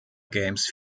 games